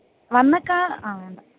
വന്ന് ക്ക ആ ഉണ്ട്